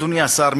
אדוני השר,